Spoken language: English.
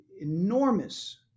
enormous